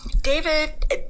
David